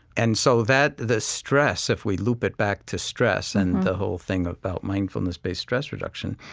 and so that, the stress if we loop it back to stress and the whole thing about mindfulness-based stress reduction,